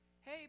Hey